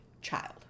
child